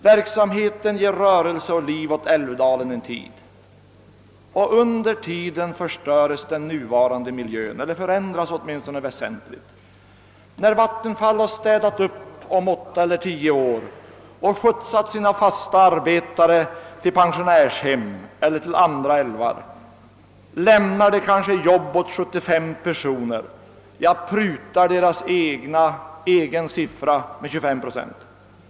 Verksamheten ger rörelse och liv åt älvdalen en tid, och under tiden förstörs den nuvarande miljön eller förändras i varje fall väsentligt. När Vattenfall har städat upp om åtta eller tio år och skjutsat sina fasta arbetare till pensionärshem eller till andra älvar lämnar det kanske arbete åt 75 personer; jag prutar verkets egna siffror med 25 procent.